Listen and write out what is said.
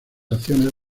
acciones